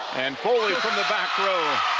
and foley from the back row.